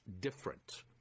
different